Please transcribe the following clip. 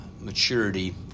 maturity